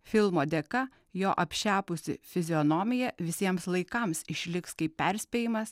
filmo dėka jo apšepusi fizionomija visiems laikams išliks kaip perspėjimas